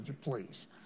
Please